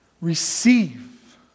receive